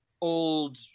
old